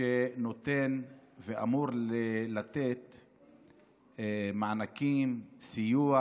שנותן ואמור לתת מענקים, סיוע